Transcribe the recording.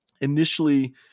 Initially